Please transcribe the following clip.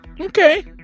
Okay